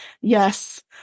Yes